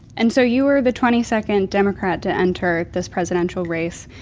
and so you were the twenty second democrat to enter this presidential race,